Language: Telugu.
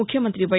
ముఖ్యమంత్రి వై